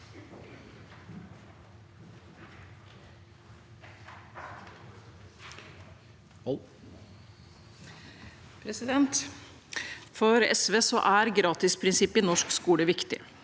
For SV er gratisprinsip- pet i norsk skole viktig.